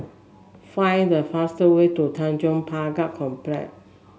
find the fastest way to Tanjong Pagar Complex